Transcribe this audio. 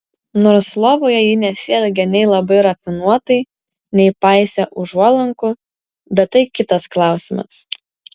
nors lovoje ji nesielgė nei labai rafinuotai nei paisė užuolankų bet tai kitas klausimas